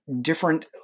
different